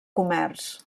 comerç